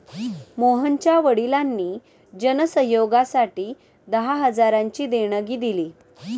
मोहनच्या वडिलांनी जन सहयोगासाठी दहा हजारांची देणगी दिली